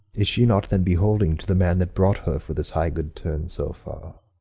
is she not, then, beholding to the man that brought her for this high good turn so far?